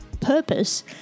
purpose